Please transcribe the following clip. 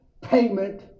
payment